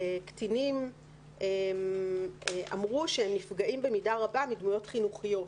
קטינים אמרו שהם נפגעים במידה רבה מדמויות חינוכיות